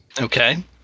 Okay